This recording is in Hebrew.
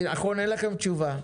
אני מבין שאין לכם תשובה.